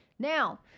Now